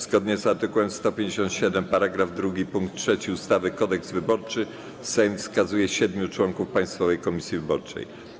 Zgodnie z art. 157 § 2 pkt 3 ustawy Kodeks wyborczy Sejm wskazuje siedmiu członków Państwowej Komisji Wyborczej.